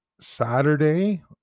saturday